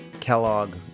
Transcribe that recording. Kellogg